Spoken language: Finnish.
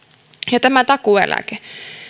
ja tämä takuueläke keskusta